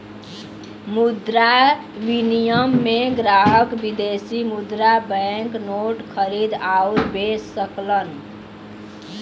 मुद्रा विनिमय में ग्राहक विदेशी मुद्रा बैंक नोट खरीद आउर बे सकलन